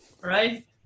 right